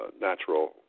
natural